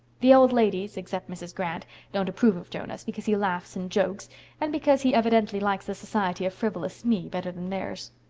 the old ladies except mrs. grant don't approve of jonas, because he laughs and jokes and because he evidently likes the society of frivolous me better than theirs.